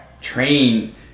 train